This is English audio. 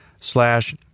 slash